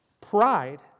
pride